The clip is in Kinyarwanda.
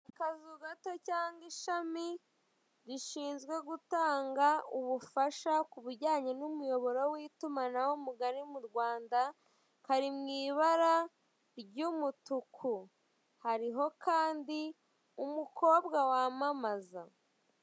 Akazu gato cyangwa ishami rishinzw gutanga ubufasha ku bijyanye n'umuyoboro w'itumanaho mugari mu Rwanda kari mu ibara ry'umutuku hariho kandi umukobwa wamamaza.